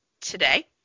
today